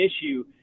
issue